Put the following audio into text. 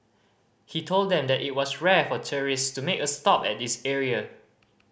he told them that it was rare for tourists to make a stop at this area